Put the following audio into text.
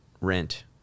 rent